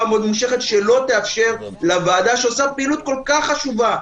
מאוד ממושכת שלא תאפשר לוועדה שעושה פעילות כל כך חשובה,